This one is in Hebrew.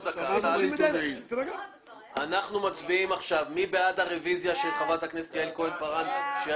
7 נמנעים אין הבקשה לדיון מחדש של חברת הכנסת יעל כהן-פארן בהצעת